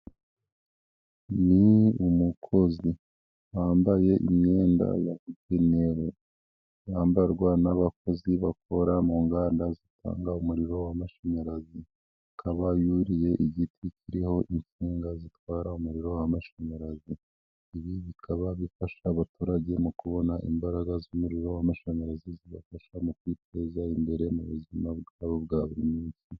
Ni umukozi wambaye imyenda yabugenewe yambarwa n'abakozi bakora mu nganda zitanga umuriro w'amashanyarazi akaba yuriye igiti kiriho insinga zitwara umuriro w'amashanyarazi ibi bikaba bifasha abaturage mu kubona imbaraga z'umuriro w'amashanyarazi zibafasha mu kwiteza imbere mu buzima bwabo bwa buri munsi.